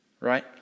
Right